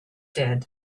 did